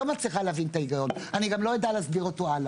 לא מבינה את ההיגיון,